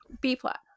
B-plot